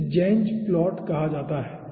इसे ज़ेन्ज़ प्लॉट कहा जाता है